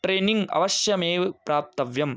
training अवश्यमेव प्राप्तव्यम्